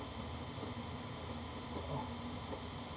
oh